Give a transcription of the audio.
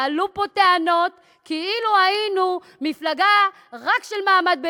ועלו פה טענות כאילו היינו מפלגה רק של מעמד הביניים.